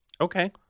Okay